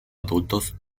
adultos